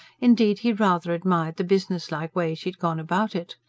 indeed, he rather admired the businesslike way she had gone about it.